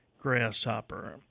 grasshopper